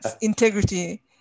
integrity